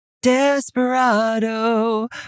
Desperado